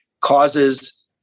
causes